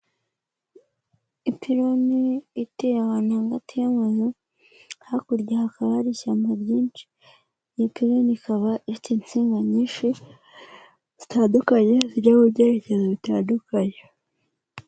Ipironi iteye ahantu hagati y'amazu, hakurya hakaba hari ishyamba ryinshi, ipironi ikaba ifite insinga nyinshi zitandukanye, zireba mu byerekezo bitandukanye.